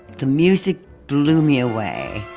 the music blew me away.